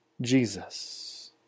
Jesus